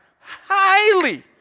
highly